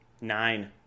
Nine